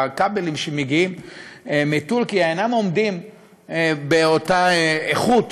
שהכבלים שמגיעים מטורקיה אינם עומדים באותה איכות